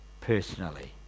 personally